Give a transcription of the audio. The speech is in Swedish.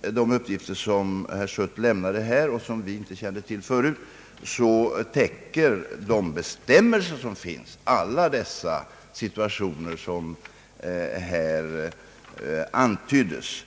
de uppgifter, som herr Schött lämnade här och som vi inte kände till förut, så täcker de bestämmelser som finns alla de situationer som antyddes.